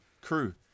crew